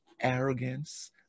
arrogance